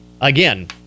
Again